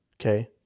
okay